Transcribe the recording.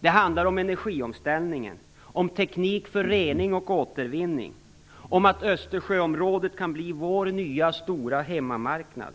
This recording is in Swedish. Det handlar om energiomställningen, om teknik för rening och återvinning, om att Östersjöområdet kan bli vår nya stora hemmamarknad.